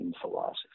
philosophy